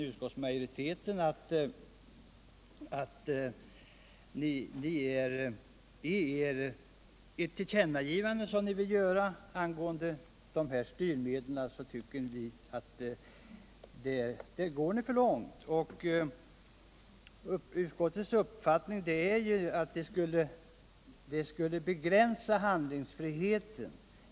Utskottsmajoriteten anser att ni går för långt i det tillkännagivande ni vill göra angående Näringspolitiken Näringspolitiken styrmedlen.